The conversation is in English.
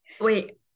wait